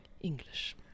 English